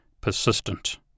persistent